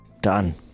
Done